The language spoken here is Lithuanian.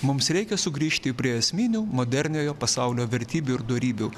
mums reikia sugrįžti prie esminių moderniojo pasaulio vertybių ir dorybių